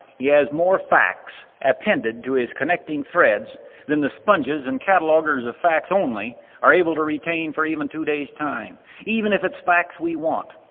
he has more facts appended to his connecting threads than the sponges and cataloguers of facts only are able to retain for even two days time even if its facts we want,